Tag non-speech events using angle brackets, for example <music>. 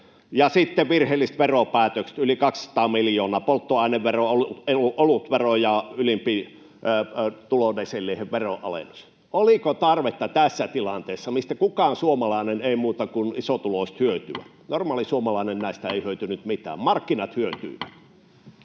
sitten virheelliset veropäätökset — yli 200 miljoonaa: Polttoainevero, olutvero ja ylimpiin tulodesiileihin veronalennus. Oliko tarvetta tässä tilanteessa niihin, mistä kukaan suomalainen ei hyödy, eivät muut kuin isotuloiset? <noise> Normaali suomalainen näistä ei hyötynyt mitään. [Puhemies